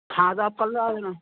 हाँ तो आप कॉल लगा देना